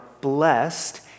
blessed